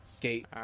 gate